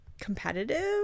competitive